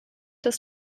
das